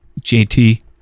JT